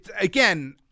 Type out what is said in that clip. again